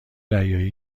دریایی